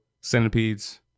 centipedes